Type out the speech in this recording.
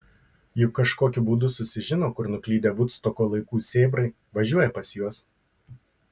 juk kažkokiu būdu susižino kur nuklydę vudstoko laikų sėbrai važiuoja pas juos